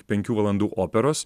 penkių valandų operos